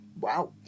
Wow